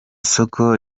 soko